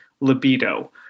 libido